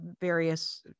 various